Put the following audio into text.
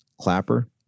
Clapper